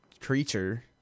creature